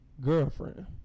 girlfriend